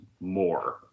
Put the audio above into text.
more